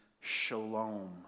shalom